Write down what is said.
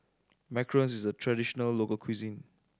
macarons is a traditional local cuisine